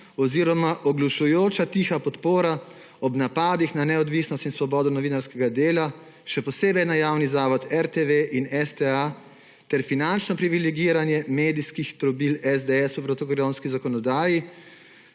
oziroma oglušujoča tiha podpora ob napadih na neodvisnost in svobodo novinarskega dela, še posebej na javni zavod RTV in STA, ter finančno privilegiranje medijskih trobil SDS v protikoronski zakonodaji